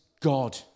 God